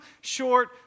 short